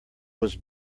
was